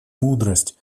мудрость